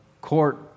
court